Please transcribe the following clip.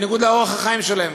בניגוד לאורח החיים שלהם.